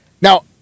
Now